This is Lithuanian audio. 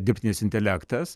dirbtinis intelektas